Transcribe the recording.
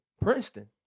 Princeton